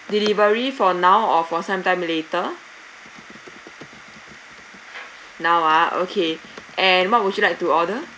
delivery for now or for sometime later now ah okay and what would you like to order